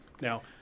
Now